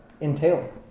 entail